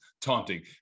taunting